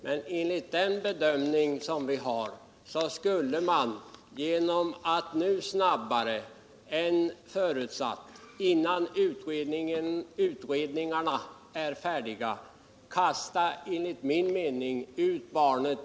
Men enligt den bedömning vi har skulle man genom att fullfölja denna sak snabbare än förutsatt och innan utredningarna är färdiga kasta ut barnet med badvattnet.